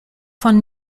von